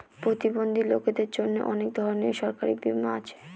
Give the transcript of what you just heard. প্রতিবন্ধী লোকদের জন্য অনেক ধরনের সরকারি বীমা আছে